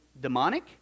demonic